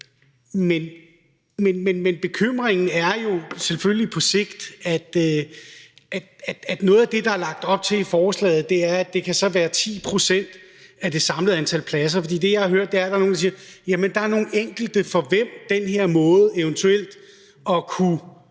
Men bekymringen er jo selvfølgelig på sigt, at noget af det, der er lagt op til i forslaget, er, at det så kan være 10 pct. af det samlede antal pladser, for det, jeg har hørt, er, at der er nogle, der siger: Jamen der er nogle enkelte personer, for hvem den her måde eventuelt at kunne